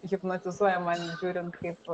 hipnotizuoja mane žiūrint kaip